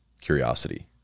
curiosity